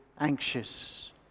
Anxious